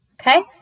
Okay